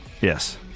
Yes